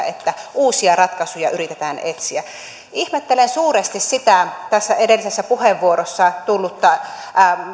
että uusia ratkaisuja yritetään etsiä ihmettelen suuresti sitä tässä edellisessä puheenvuorossa tullutta